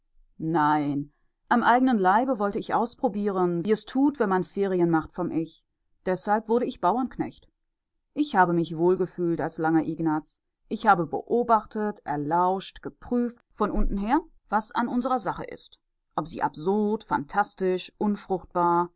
nein am eigenen leibe wollte ich ausprobieren wie es tut wenn man ferien macht vom ich deshalb wurde ich bauernknecht ich habe mich wohlgefühlt als langer ignaz ich habe beobachtet erlauscht geprüft von unten her was an unserer sache ist ob sie absurd phantastisch unfruchtbar